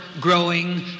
growing